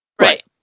Right